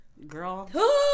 girl